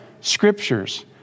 scriptures